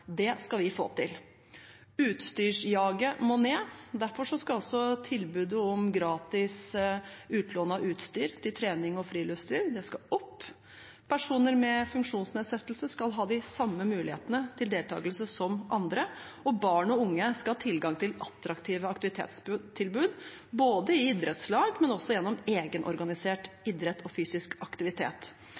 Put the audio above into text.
Det skal vi få til. Utstyrsjaget må ned. Derfor skal også tilbudet om gratis utlån av utstyr til trening og friluftsliv opp. Personer med funksjonsnedsettelse skal ha de samme mulighetene til deltakelse som andre, og barn og unge skal ha tilgang til attraktive aktivitetstilbud, både i idrettslag og gjennom egenorganisert idrett og fysisk aktivitet.